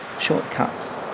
Shortcuts